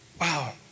Wow